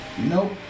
Nope